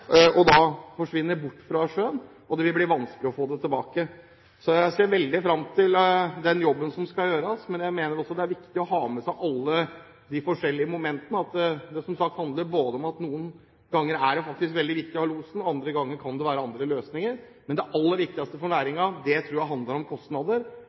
Da forsvinner det bort fra sjøen, og det vil bli vanskelig å få det tilbake. Så jeg ser veldig fram til den jobben som skal gjøres. Jeg mener også det er viktig å ha med seg alle de forskjellige momentene, at det handler både om at noen ganger er det veldig viktig å ha losen, andre ganger kan det være andre løsninger. Men det aller viktigste for næringen tror jeg handler om kostnader.